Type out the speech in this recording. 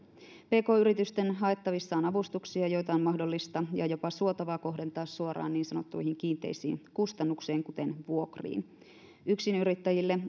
pk yritysten haettavissa on avustuksia joita on mahdollista ja jopa suotavaa kohdentaa suoraan niin sanottuihin kiinteisiin kustannuksiin kuten vuokriin yksinyrittäjille